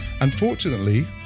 unfortunately